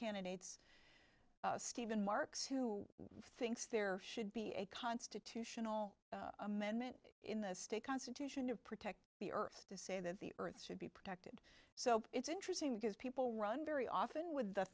candidates steven marks who thinks there should be a constitutional amendment in the state constitution to protect the earth to say that the earth should be protected so it's interesting because people run very often with the